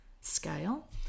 scale